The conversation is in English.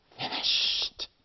finished